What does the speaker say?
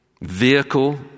vehicle